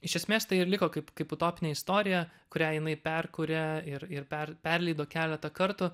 iš esmės tai ir liko kaip kaip utopinė istorija kurią jinai perkūrė ir ir per perleido keletą kartų